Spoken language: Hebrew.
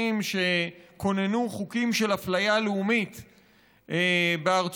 שכוננו חוקים של אפליה לאומית בארצותיהם.